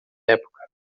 época